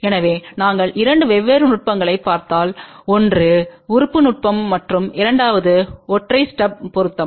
எனவே நாங்கள் இரண்டு வெவ்வேறு நுட்பங்களைப் பார்த்தால் ஒன்று உறுப்பு நுட்பம் மற்றும் இரண்டாவது ஒற்றை ஸ்டப் பொருத்தம்